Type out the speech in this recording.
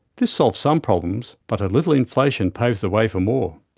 this solved some problems, but a little inflation paves the way for more.